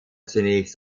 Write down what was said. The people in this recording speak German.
zunächst